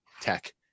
Tech